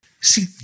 See